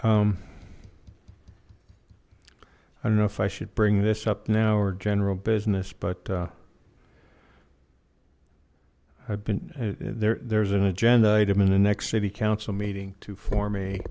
list i don't know if i should bring this up now or general business but i've been there there's an agenda item in the next city council meeting to form a